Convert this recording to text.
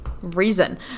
reason